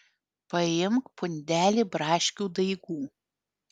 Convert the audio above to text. paimk pundelį braškių daigų